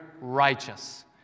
righteous